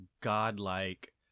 godlike